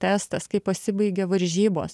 testas kai pasibaigia varžybos